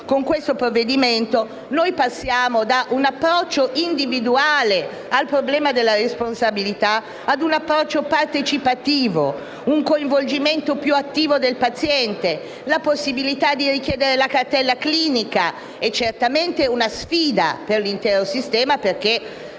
con questo provvedimento passiamo da un approccio individuale al problema della responsabilità a un approccio partecipativo e a un coinvolgimento più attivo del paziente. La possibilità di richiedere la cartella clinica è certamente una sfida per un intero sistema, perché